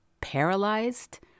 Paralyzed